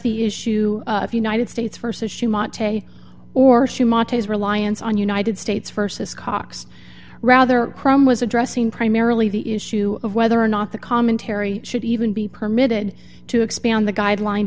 the issue of united states versus she mat or she was reliance on united states versus cox rather chrome was addressing primarily the issue of whether or not the commentary should even be permitted to expand the guideline